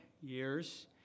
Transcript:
years